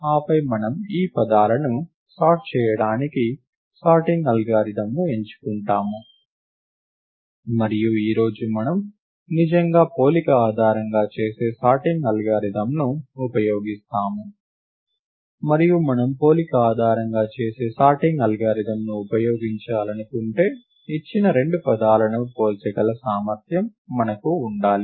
ఆపై మనము ఈ పదాలను సార్ట్ చేయడానికి సార్టింగ్ అల్గారిథమ్ను ఎంచుకుంటాము మరియు ఈ రోజు మనం నిజంగా పోలిక ఆధారంగా చేసే సార్టింగ్ అల్గారిథమ్ని ఉపయోగిస్తాము మరియు మనం పోలిక ఆధారంగా చేసే సార్టింగ్ అల్గారిథమ్ను ఉపయోగించాలనుకుంటే ఇచ్చిన రెండు పదాలను పోల్చగల సామర్థ్యం మనకు ఉండాలి